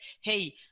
hey